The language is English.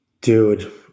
Dude